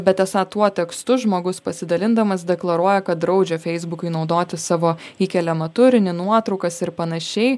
bet esą tuo tekstu žmogus pasidalindamas deklaruoja kad draudžia feisbukui naudoti savo įkeliamą turinį nuotraukas ir panašiai